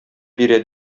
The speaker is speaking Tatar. бирә